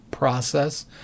process